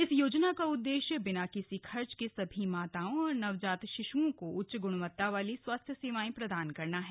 इस योजना का उद्देश्य बिना किसी खर्च के सभी माताओं और नवजात शिशुओं को उच्च गुणवत्ता वाली स्वास्थ्य सेवाएं प्रदान करना है